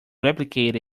replicate